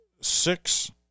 six